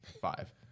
five